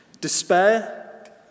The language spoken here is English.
despair